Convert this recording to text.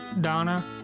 Donna